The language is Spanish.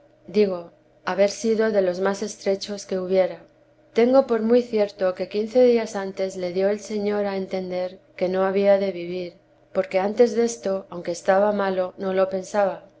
digo haber sido de los más estrechos que hubiera tengo por muy cierto que quince días antes le dio el señor a entender no había de vivir porque antes desto aunque estaba malo no lo pensaba